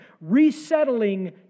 resettling